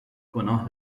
گناه